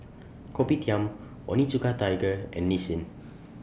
Kopitiam Onitsuka Tiger and Nissin